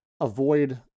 avoid